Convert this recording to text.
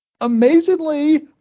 amazingly